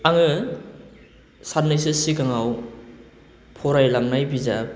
आङो सान्नैसो सिगाङाव फरायलांनाय बिजाब